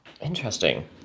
Interesting